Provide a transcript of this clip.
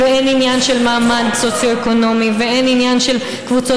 ואין עניין של מעמד סוציו-אקונומי ואין עניין של קבוצות